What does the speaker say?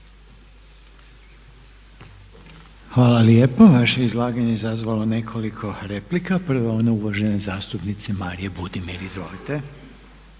Hvala lijepo. Vaše izlaganje je izazvalo nekoliko replika. Prva je ona uvažene zastupnice Marije Budimir. Izvolite.